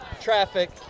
Traffic